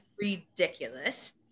ridiculous